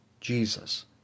Jesus